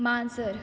माजर